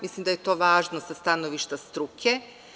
Mislim da je to važno sa stanovišta struke.